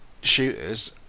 shooters